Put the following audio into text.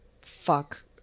fuck